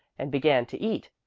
and began to eat,